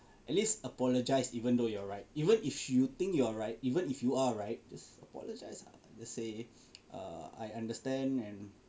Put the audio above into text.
at least apologize even though you're right even if you think you're right even if you are right just apologize let's say err I understand